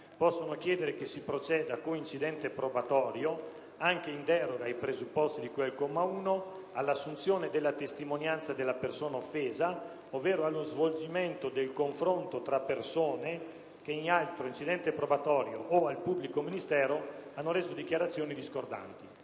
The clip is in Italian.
possono chiedere che si proceda con incidente probatorio, anche in deroga ai presupposti di cui al comma 1, all'assunzione della testimonianza della persona offesa ovvero allo svolgimento del confronto tra persone che in altro incidente probatorio o al pubblico ministero hanno reso dichiarazioni discordanti"».